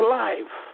life